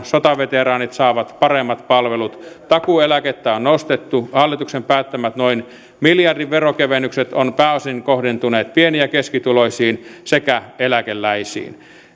sotaveteraanit saavat paremmat palvelut takuueläkettä on on nostettu hallituksen päättämät noin miljardin veronkevennykset ovat pääosin kohdentuneet pieni ja keskituloisiin sekä eläkeläisiin